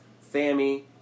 Sammy